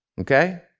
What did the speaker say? okay